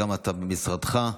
גם במשרדך,